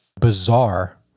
bizarre